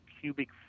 cubic